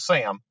Sam